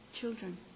children